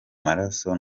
maraso